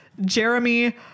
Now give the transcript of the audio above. Jeremy